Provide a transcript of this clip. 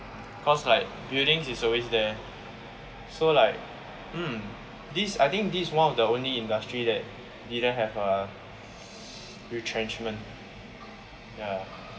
cause like buildings is always there so like um this I think this one of the only industry that didn't have a retrenchment ya